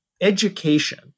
education